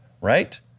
right